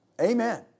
Amen